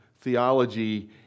theology